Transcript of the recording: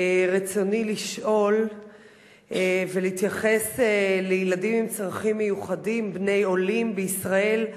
רצוני לשאול ולהתייחס לילדים עם צרכים מיוחדים בני עולים בישראל.